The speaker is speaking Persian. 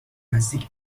نزدیک